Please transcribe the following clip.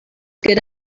good